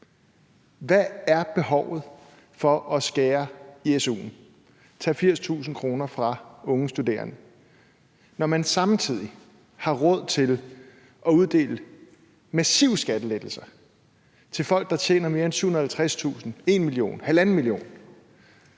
Hvad er behovet for at skære i su'en og tage 80.000 kr. fra unge studerende, når man samtidig har råd til at uddele massive skattelettelser til folk, der tjener mere end 750.000 kr., 1 mio. kr.